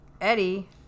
Eddie